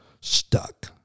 stuck